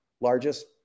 largest